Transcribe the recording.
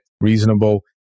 reasonable